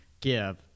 give